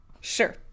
Sure